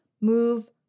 move